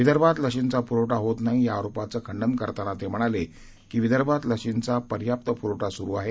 विदर्भात लशींचा प्रवठा होत नाही या आरोपांचं खंडन करताना ते म्हणाले की विदर्भात लशींचा पर्याप्त प्रवठा स्रू आहे